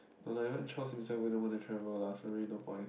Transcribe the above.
no lah even Charles himself wouldn't wanna travel lah so really no point